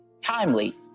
Timely